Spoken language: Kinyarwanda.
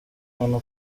ijana